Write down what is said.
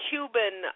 Cuban